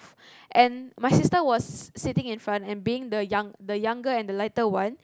and my sister was sitting in front and being the young the younger and the lighter one